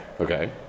Okay